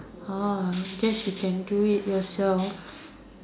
orh guess you can do it yourself